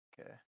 okay